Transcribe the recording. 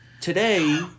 Today